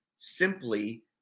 simply